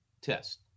test